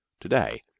Today